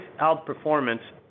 outperformance